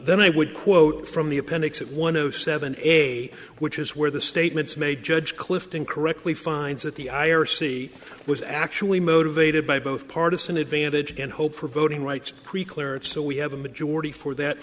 then i would quote from the appendix that one of seven eight which is where the statements made judge clifton correctly finds that the i o c was actually motivated by both partisan advantage and hope for voting rights pre clearance so we have a majority for that